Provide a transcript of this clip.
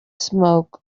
smoke